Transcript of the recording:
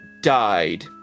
died